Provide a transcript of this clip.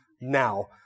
now